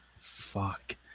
Fuck